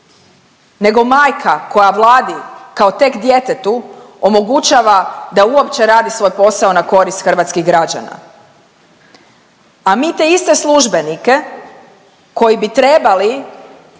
nego majka koja Vladi kao tek djetetu omogućava da uopće radi svoj posao na korist svojih građana. A mi te iste službenike koji bi trebali